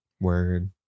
word